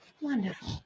wonderful